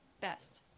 best